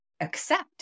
Accept